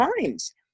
times